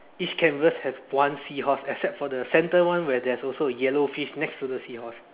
each canvas have one seahorse except for the center one where there is also a yellow fish next to the seahorse